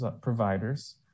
providers